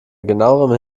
genauerem